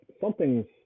something's